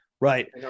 Right